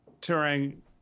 touring